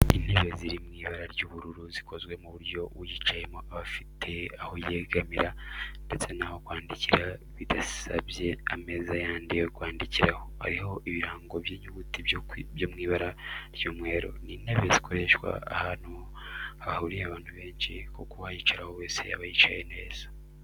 Intebe ziri mu ibara ry'ubururu zikozwe ku buryo uyicayeho aba afite aho yegamira ndetse n'aho kwandikira bidasabye ameza yandi yo kwandikiraho, hariho ibirango by'inyuguti byo mw'ibara ry'umweru. Ni intebe zakoreshwa ahantu hahuriye abantu benshi kuko uwayicaraho wese yaba yicaye neza.